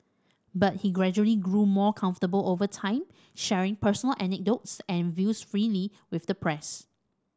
but he gradually grew more comfortable over time sharing personal anecdotes and views freely with the press